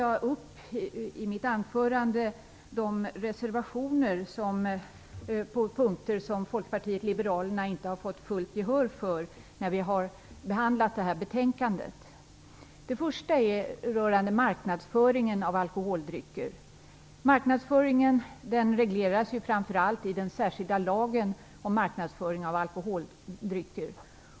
I mitt anförande tar jag upp reservationer på de punkter där Folkpartiet inte har fått fullt gehör när utskottet har utarbetat betänkandet. Den första frågan rör marknadsföringen av alkoholdrycker. Marknadsföringen regleras framför allt i den särskilda lagen om marknadsföring av alkoholdrycker.